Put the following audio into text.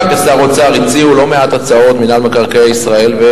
כשר אוצר הציעו מינהל מקרקעי ישראל לא מעט הצעות,